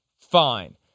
fine